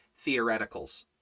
theoreticals